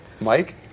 Mike